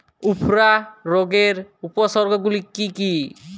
উফরা রোগের উপসর্গগুলি কি কি?